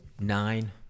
nine